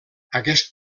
aquest